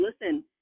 listen